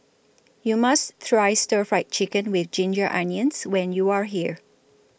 YOU must Try Stir Fry Chicken with Ginger Onions when YOU Are here